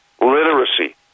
literacy